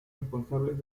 responsables